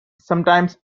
sometimes